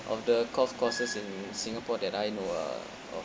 of the golf courses in singapore that I know uh of